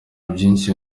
byinshi